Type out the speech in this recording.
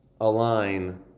align